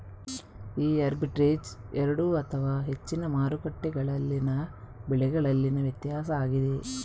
ಈ ಆರ್ಬಿಟ್ರೇಜ್ ಎರಡು ಅಥವಾ ಹೆಚ್ಚಿನ ಮಾರುಕಟ್ಟೆಗಳಲ್ಲಿನ ಬೆಲೆಗಳಲ್ಲಿನ ವ್ಯತ್ಯಾಸ ಆಗಿದೆ